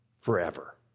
forever